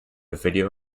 video